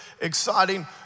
exciting